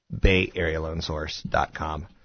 BayAreaLoanSource.com